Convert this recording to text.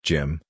Jim